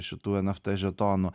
šitų eft žetonų